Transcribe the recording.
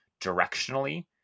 directionally